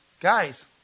guys